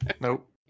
Nope